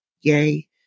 Yay